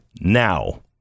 now